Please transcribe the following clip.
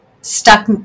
stuck